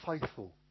faithful